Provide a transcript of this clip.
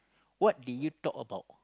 what did you talk about